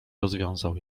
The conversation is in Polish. rozwiązał